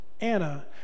Anna